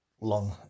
long